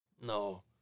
No